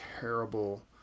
terrible